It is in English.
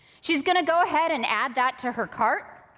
she's gonna go ahead and add that to her cart,